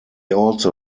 also